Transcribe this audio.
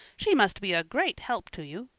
she must be a great help to you.